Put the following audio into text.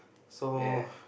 so